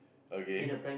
okay